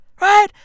right